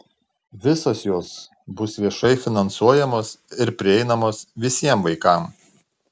visos jos bus viešai finansuojamos ir prieinamos visiems vaikams